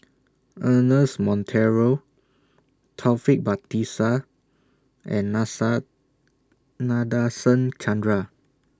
Ernest Monteiro Taufik Batisah and Nasa Nadasen Chandra